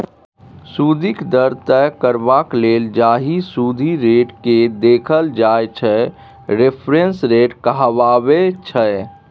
सुदिक दर तय करबाक लेल जाहि सुदि रेटकेँ देखल जाइ छै रेफरेंस रेट कहाबै छै